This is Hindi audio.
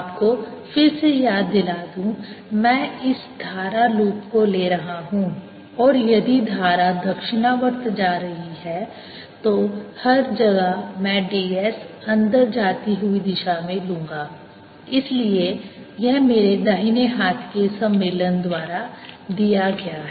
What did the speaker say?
आपको फिर से याद दिला दूं मैं इस धारा लूप को ले रहा हूं और यदि धारा दक्षिणावर्त जा रही है तो हर जगह मैं ds अंदर जाती हुई दिशा में लूंगा इसलिए यह मेरे दाहिने हाथ के सम्मेलन द्वारा दिया गया है